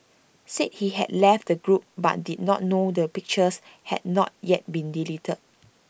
said he had left the group but did not know that the pictures had not yet been deleted